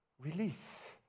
release